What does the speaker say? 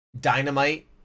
dynamite